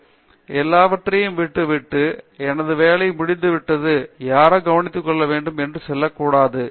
பேராசிரியர் தீபா வெங்கடேஷ் எல்லாவற்றையும் விட்டுவிட்டு எனது வேலை முடிந்துவிட்டது யாரோ கவனித்துக் கொள்ள வேண்டும் என்று செல்ல கூடாது